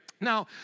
Now